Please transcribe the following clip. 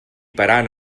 parant